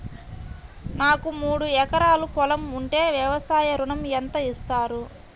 నాకు మూడు ఎకరాలు పొలం ఉంటే వ్యవసాయ ఋణం ఎంత ఇస్తారు?